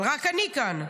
אבל רק אני כאן.